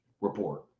report